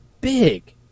big